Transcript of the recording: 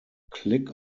click